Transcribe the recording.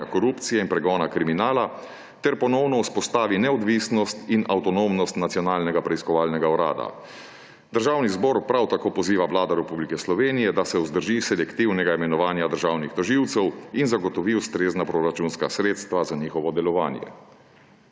korupcije in pregona kriminala ter ponovno vzpostavi neodvisnost in avtonomnost Nacionalnega preiskovalnega urada. Državni zbor prav tako poziva Vlado Republike Slovenije, da se vzdrži selektivnega imenovanja državnih tožilcev in zagotovi ustrezna proračunska sredstva za njihovo delovanje.